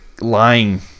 lying